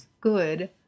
good